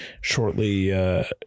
shortly